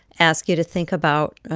ask you to think about